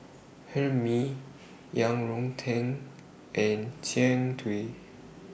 Hae Mee Yang Rou Tang and Jian Dui